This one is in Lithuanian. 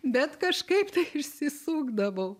bet kažkaip išsisukdavau